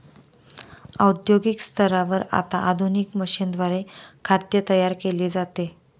औद्योगिक स्तरावर आता आधुनिक मशीनद्वारे खाद्य तयार केले जाते